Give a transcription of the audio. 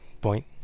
point